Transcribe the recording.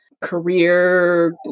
career